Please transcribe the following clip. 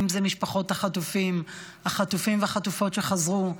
אם זה משפחות החטופים, החטופים והחטופות שחזרו,